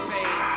Pain